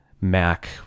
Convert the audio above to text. Mac